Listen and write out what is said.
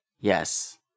Yes